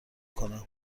کنم